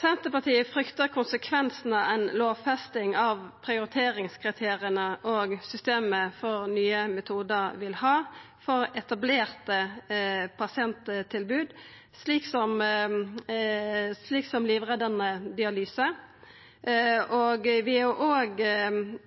Senterpartiet fryktar konsekvensane ei lovfesting av prioriteringskriteria og systemet for nye metodar vil ha for etablerte pasienttilbod, slik som livreddande dialyse. Vi er òg